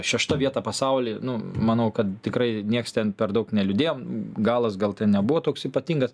šešta vieta pasauly nu manau kad tikrai nieks ten per daug neliūdėjom galas gal ten nebuvo toks ypatingas